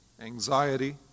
Anxiety